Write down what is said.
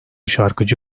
şarkıcı